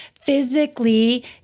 physically